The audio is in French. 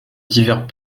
divers